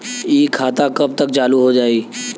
इ खाता कब तक चालू हो जाई?